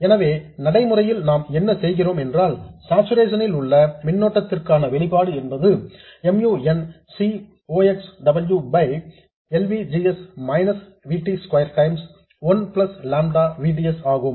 எனவே நடைமுறையில் நாம் என்ன செய்கிறோம் என்றால் சார்சுரேஷன் ல் உள்ள மின்னோட்டத்திற்கான வெளிப்பாடு என்பது mu n C ox W by L V G S minus V T square times one plus lambda V D S ஆகும்